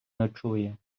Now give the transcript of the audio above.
ночує